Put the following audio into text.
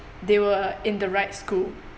they were in the right school